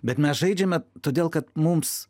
bet mes žaidžiame todėl kad mums